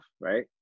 right